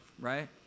right